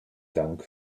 dank